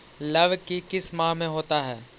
लव की किस माह में होता है?